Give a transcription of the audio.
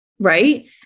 Right